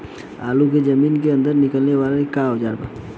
आलू को जमीन के अंदर से निकाले के का औजार बा?